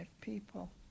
people